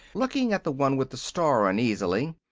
looking at the one with the star uneasily.